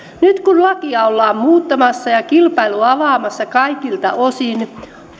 nyt kun lakia ollaan muuttamassa ja kilpailua avaamassa kaikilta osin